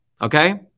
Okay